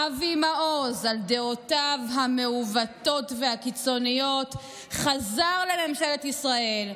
אבי מעוז על דעותיו המעוותות והקיצוניות חזר לממשלת ישראל,